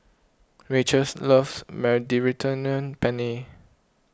Rachael's loves Mediterranean Penne